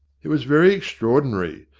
it was very extraordinary.